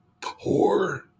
poor